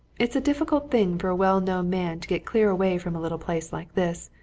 it's a difficult thing for a well-known man to get clear away from a little place like this.